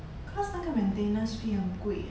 cause 那个 maintenance fee 很贵 eh